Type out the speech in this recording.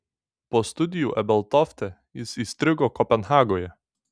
po studijų ebeltofte jis įstrigo kopenhagoje